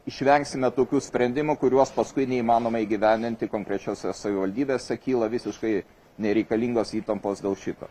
išvengsime tokių sprendimų kuriuos paskui neįmanoma įgyvendinti konkrečiose savivaldybėse kyla visiškai nereikalingos įtampos dėl šito